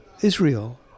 Israel